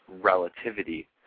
relativity